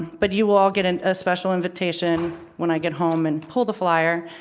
but you will all get and a special invitation when i get home and pull the flyer.